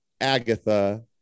Agatha